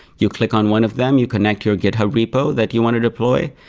you click on one of them. you connect your github repo that you want to deploy.